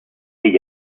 gli